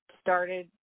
started